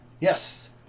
Yes